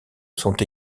sont